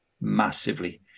Massively